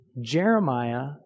Jeremiah